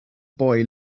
boy